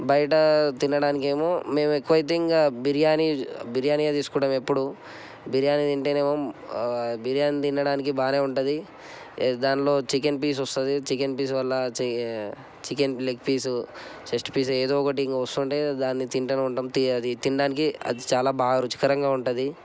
బయట తినడానికి ఏమో మేము ఎక్కువ అయితే ఇంకా బిర్యానీ బిర్యానీ ఏ తీసుకుంటాం ఎప్పుడు బిర్యాని తింటేనేమో బిర్యాని తినడానికి బానే ఉంటుంది దానిలో చికెన్ పీస్ వస్తుంది చికెన్ పీస్ వల్ల చి chicken leg piece chest piece ఏదో ఒకటి ఇంక వస్తుంటే దాన్ని తింటేనే ఉంటాం అది తినడానికి అది చాలా బాగా రుచికరంగా ఉంటుంది